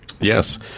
Yes